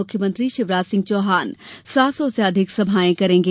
मुख्यमंत्री शिवराज सिंह चौहान सात सौ सभाएं करेंगे